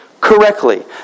correctly